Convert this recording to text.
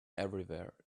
everywhere